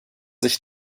sich